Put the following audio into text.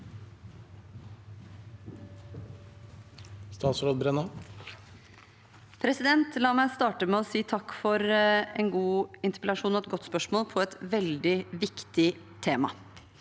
La meg starte med å si takk for en god interpellasjon og et godt spørsmål om et veldig viktig tema.